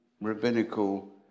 rabbinical